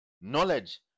Knowledge